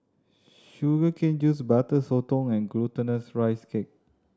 sugar cane juice Butter Sotong and Glutinous Rice Cake